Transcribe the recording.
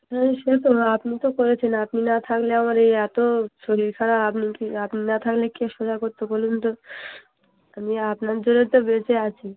হুম সে তো আপনি তো করেছেন আপনি না থাকলে আমার এই এত শরীর খারাপ আপনি কি আপনি না থাকলে কে সোজা করত বলুন তো আমি আপনার জোরে তো বেঁচে আছি